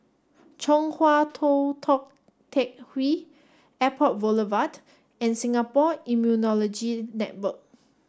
Chong Hua Tong Tou Teck Hwee Airport Boulevard and Singapore Immunology Network